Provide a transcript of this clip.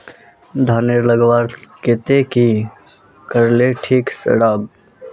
धानेर लगवार केते की करले ठीक राब?